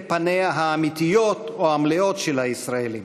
פניהם האמיתיות או המלאות של הישראלים,